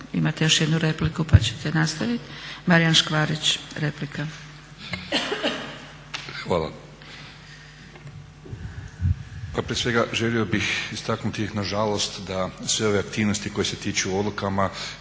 Imate još jednu repliku pa ćete nastaviti. Marijan Škvarić, replika.